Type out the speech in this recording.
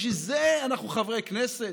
בשביל זה אנחנו חברי כנסת?